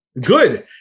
good